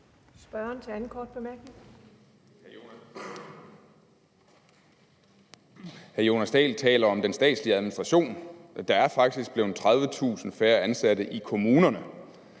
Ole Birk Olesen (LA): Hr. Jonas Dahl taler om den statslige administration. Der er faktisk blevet 30.000 færre ansatte i kommunerne,